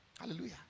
Hallelujah